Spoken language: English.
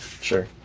Sure